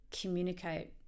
communicate